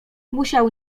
musiał